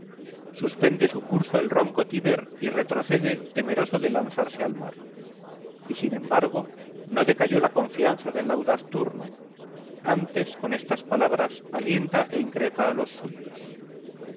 suspende su curso el ronco tíber y retrocede temeroso de lanzarse al mar y sin embargo no decayó la confianza del audaz turno antes con estas palabras alienta e increpa a los suyos